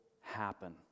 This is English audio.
happen